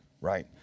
right